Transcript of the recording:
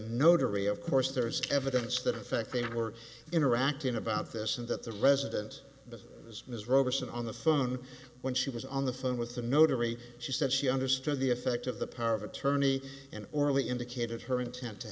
notary of course there's evidence that in fact they were interacting about this and that the residence as ms robeson on the phone when she was on the phone with the notary she said she understood the effect of the power of attorney and orally indicated her intent to